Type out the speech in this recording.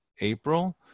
April